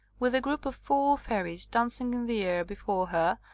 with a group of four fairies dancing in the air be fore her,